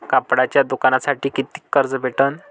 कापडाच्या दुकानासाठी कितीक कर्ज भेटन?